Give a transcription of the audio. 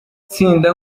tsinda